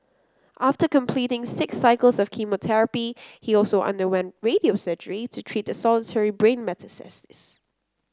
after completing six cycles of chemotherapy he also underwent radio surgery to treat the solitary brain metastasis